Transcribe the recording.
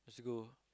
let's go